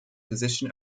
position